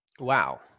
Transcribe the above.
wow